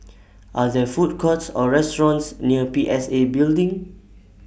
Are There Food Courts Or restaurants near P S A Building